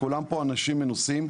וכולם פה אנשים מנוסים,